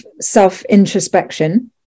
self-introspection